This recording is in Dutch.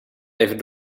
even